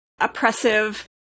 oppressive